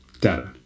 Data